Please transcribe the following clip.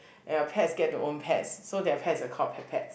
and your pets get to own pets so their pets are called pet pets